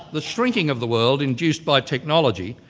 the shrinking of the world induced by technology,